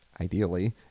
Ideally